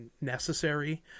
necessary